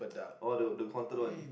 orh the the cotton one